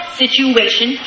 situation